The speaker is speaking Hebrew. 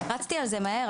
רצתי על זה מהר,